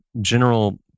general